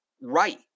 right